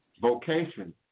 vocation